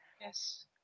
yes